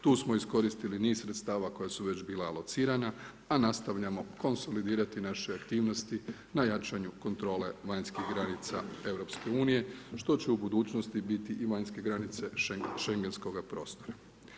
Tu smo iskoristili niz sredstava koja su već bila locirana, a nastavljamo konsolidirati naše aktivnosti na jačanju kontrole vanjskih granica EU što će u budućnost biti i vanjske granice Schengenskoga prostora.